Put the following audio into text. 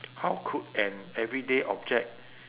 how could an everyday object